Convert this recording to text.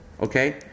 Okay